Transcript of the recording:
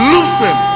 Loosen